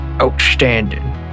outstanding